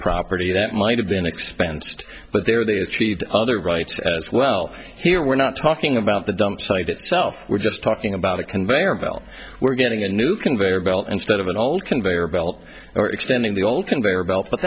property that might have been expensed but there they achieved other rights as well here we're not talking about the dump site itself we're just talking about a conveyor belt we're getting a new conveyor belt instead of an old conveyor belt or extending the old conveyor belt but